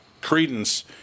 credence